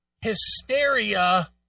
Hysteria